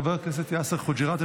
חבר הכנסת יאסר חוג'יראת,